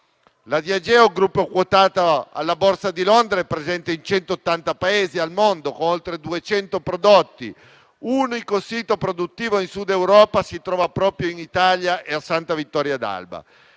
La Diageo gruppo è quotata alla borsa di Londra, è presente in 180 Paesi al mondo, con oltre 200 prodotti. L'unico sito produttivo in Sud Europa si trova proprio in Italia, a Santa vittoria d'Alba.